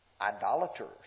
Idolaters